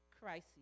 Crises